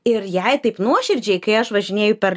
ir jei taip nuoširdžiai kai aš važinėju per